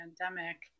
pandemic